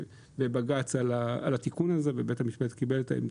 בבג"ץ על התיקון ובית המשפט קיבל את העמדה.